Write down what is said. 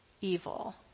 evil